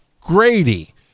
Grady